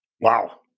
Wow